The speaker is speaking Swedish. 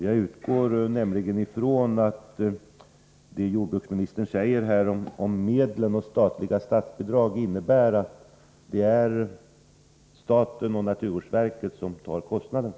Jag utgår från att det jordbruksministern säger om medlen och statsbidrag innebär att det är staten som tar kostnaderna.